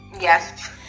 Yes